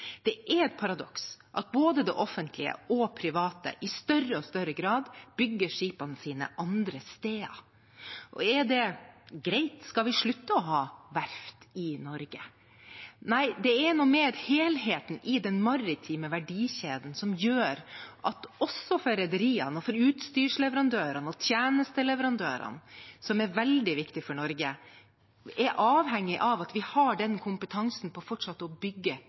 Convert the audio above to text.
Det er et paradoks at både det offentlige og private i større og større grad bygger skipene sine andre steder. Er det greit? Skal vi slutte å ha verft i Norge? Nei, det er mer helheten i den maritime verdikjeden som gjør at også rederiene, utstyrsleverandørene og tjenesteleverandørene, som er veldig viktige for Norge, er avhengige av at vi fortsatt har den kompetansen på å bygge